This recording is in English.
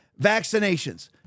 vaccinations